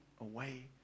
away